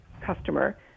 customer